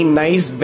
nice